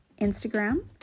Instagram